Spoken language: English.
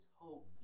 hope